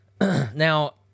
Now